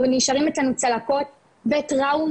או נשארים איתנו צלקות וטראומות,